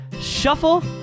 Shuffle